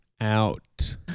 out